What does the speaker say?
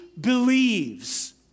believes